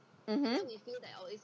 mmhmm